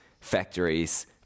factories